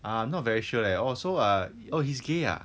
ah I'm not very sure leh ah so uh oh he's gay uh